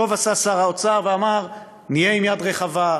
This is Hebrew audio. טוב עשה שר האוצר ואמר: נהיה עם יד רחבה,